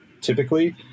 typically